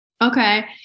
Okay